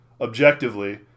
objectively